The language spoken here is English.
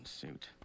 suit